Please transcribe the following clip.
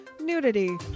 nudity